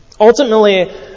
Ultimately